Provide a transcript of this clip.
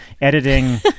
editing